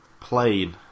Plane